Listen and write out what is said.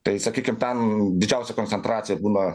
tai sakykim ten didžiausia koncentracija būna